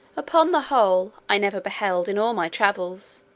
upon the whole, i never beheld, in all my travels,